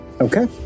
okay